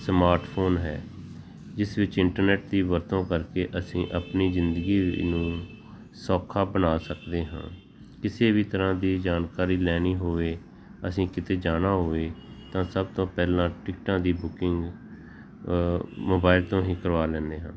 smartphone ਹੈ ਜਿਸ ਵਿੱਚ ਇੰਟਰਨੈਟ ਦੀ ਵਰਤੋਂ ਕਰਕੇ ਅਸੀਂ ਆਪਣੀ ਜ਼ਿੰਦਗੀ ਨੂੰ ਸੋਖਾ ਬਣਾ ਸਕਦੇ ਹਾਂ ਕਿਸੇ ਵੀ ਤਰ੍ਹਾਂ ਦੀ ਜਾਣਕਾਰੀ ਲੈਣੀ ਹੋਵੇ ਅਸੀਂ ਕਿਤੇ ਜਾਣਾ ਹੋਵੇ ਤਾਂ ਸਭ ਤੋਂ ਪਹਿਲਾਂ ਟਿਕਟਾਂ ਦੀ ਬੁਕਿੰਗ ਮੋਬਾਇਲ ਤੋਂ ਹੀ ਕਰਵਾ ਲੈਂਦੇ ਹਾਂ